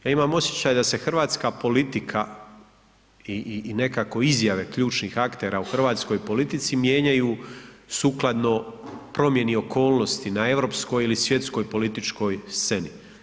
Ja imam osjećaj da se hrvatska politika i nekako izjave ključnih aktera u hrvatskoj politici mijenjaju sukladno promjeni okolnosti na europskoj ili svjetskoj političkoj sceni.